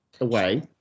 away